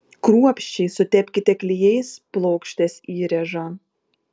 kruopščiai sutepkite klijais plokštės įrėžą